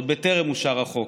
עוד בטרם אושר החוק.